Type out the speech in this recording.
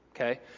Okay